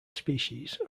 species